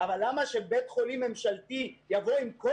אבל למה שבית חולים ממשלתי יבוא עם כל